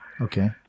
Okay